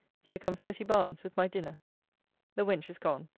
here comes betty barnes with my dinner the wench is gone.